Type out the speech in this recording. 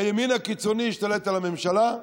הימין הקיצוני השתלט על הממשלה,